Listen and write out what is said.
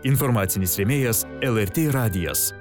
informacinis rėmėjas lrt radijas